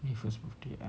twenty first birthday